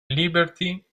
liberty